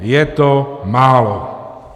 Je to málo.